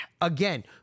again